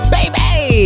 Baby